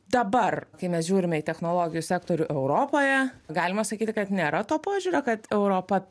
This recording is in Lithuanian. dabar kai mes žiūrime į technologijų sektorių europoje galima sakyti kad nėra to požiūrio kad europa